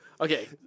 Okay